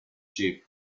ship